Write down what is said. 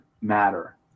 matter